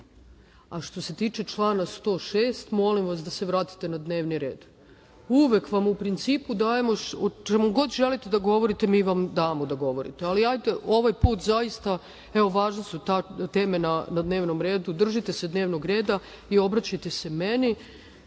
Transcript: meni. Što se tiče člana 106, molim vas da se vratite na dnevni red. Uvek vam u principu dajemo o čemu god želite da govorite, mi vam damo da govorite, ali hajde ovaj put zaista, važne su teme na dnevnom redu, držite se dnevnog reda i obraćajte se meni.